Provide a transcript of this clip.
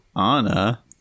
Anna